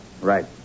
Right